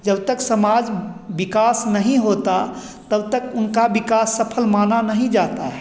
जबतक समाज विकास नहीं होता तबतक उनका विकास सफल माना नहीं जाता है